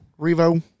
Revo